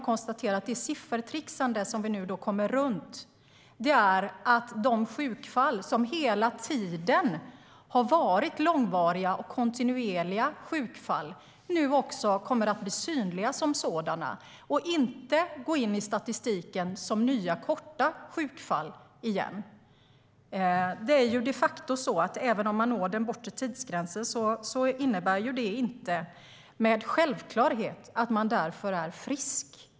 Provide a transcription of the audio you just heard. Det siffertrixande vi kommer runt är att de sjukfall som hela tiden har varit långvariga och kontinuerliga sjukfall nu kommer att bli synliga som sådana och inte gå in i statistiken som nya korta sjukfall. Att man når den bortre tidsgränsen innebär inte med självklarhet att man är frisk.